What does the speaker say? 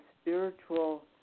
spiritual